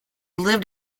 lived